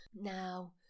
Now